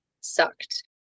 sucked